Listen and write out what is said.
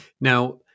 now